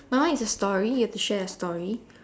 my one is a story you have to share a story